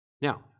Now